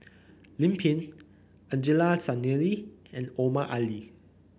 Lim Pin Angelo Sanelli and Omar Ali